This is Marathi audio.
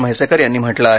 म्हैसेकर यांनी म्हटलं आहे